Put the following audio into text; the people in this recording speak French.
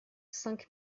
cinq